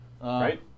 Right